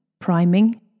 priming